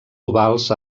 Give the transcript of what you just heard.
ovals